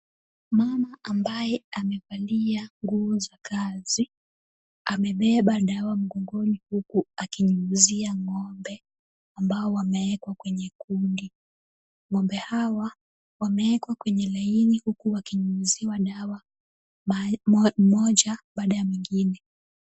Mama ambaye amevalia nguo za kazi, amebeba dawa mgongoni huku akinyunyizia ng'ombe ambao wameekwa kwenye kundi. Ng'ombe hawa wamewekwa kwenye laini huku wakinyunyiziwa dawa mmoja baada ya mwingine.